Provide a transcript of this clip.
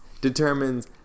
determines